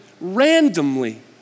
randomly